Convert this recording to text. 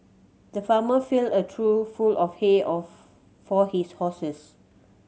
the farmer filled a trough full of hay of for his horses